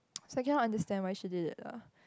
so I cannot understand why she did it lah